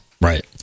Right